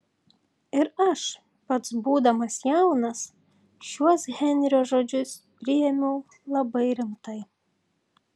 ir aš pats būdamas jaunas šiuos henrio žodžius priėmiau labai rimtai